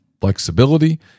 flexibility